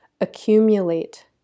accumulate